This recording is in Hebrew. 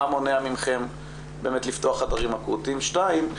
מונע מכם לפתוח חדרים אקוטיים ודבר שני,